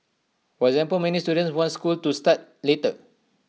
for example many student want school to start later